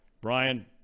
Brian